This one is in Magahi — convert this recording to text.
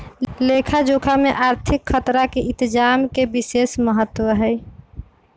लेखा जोखा में आर्थिक खतरा के इतजाम के विशेष महत्व हइ